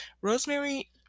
Rosemary